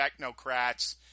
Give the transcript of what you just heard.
technocrats